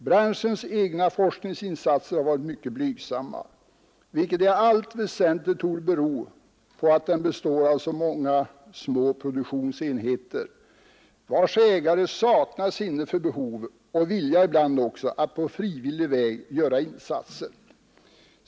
Branschens egna forskningsinsatser har varit mycket blygsamma, vilket i allt väsentligt torde bero på att den består av många små produktionsenheter, vilkas ägare saknar sinne för behovet av insatser och ibland också vilja att på frivillig väg göra insatser.